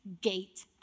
gate